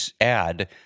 ad